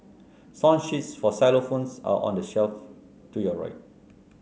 song sheets for xylophones are on the shelf to your right